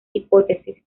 hipótesis